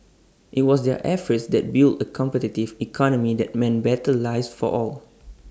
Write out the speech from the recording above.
IT was their efforts that built A competitive economy that meant better lives for all